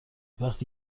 وقتی